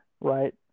right